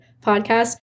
podcast